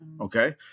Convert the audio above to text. Okay